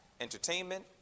Entertainment